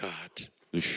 God